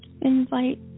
invite